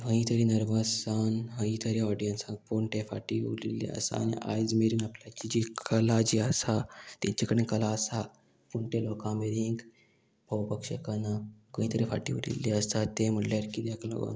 हय तरी नर्वस जावन हय तरी ऑडियन्सान पूण ते फाटी उरिल्ले आसा आनी आयज मेरेन आपल्याची जी कला जी आसा तेंचे कडेन कला आसा पूण ते लोकां मेरेन पोवपाक शकना खंय तरी फाटीं उरिल्लें आसा तें म्हळ्ळ्यार कित्याक लागोन